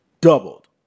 doubled